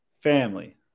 family